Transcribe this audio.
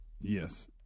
Yes